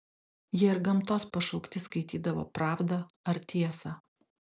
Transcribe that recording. jie ir gamtos pašaukti skaitydavo pravdą ar tiesą